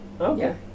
okay